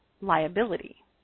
liability